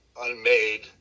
unmade